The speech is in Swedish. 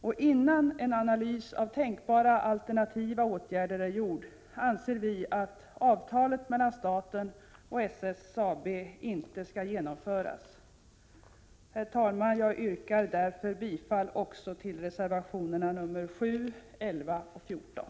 Och innan en analys av tänkbara alternativa åtgärder är gjord anser vi att avtalet mellan staten och SSAB inte skall genomföras. Herr talman! Jag yrkar därför bifall också till reservationerna nr 7, 11 och 14.